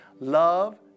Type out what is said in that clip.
love